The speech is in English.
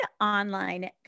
online